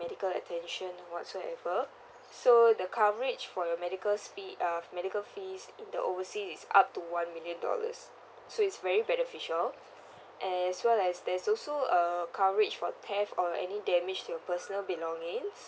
medical attention what so ever so the coverage for your medical fees uh medical fees in the oversea is up to one million dollars so it's very beneficial as well as they is also uh coverage for theft or any damage to your personal belongings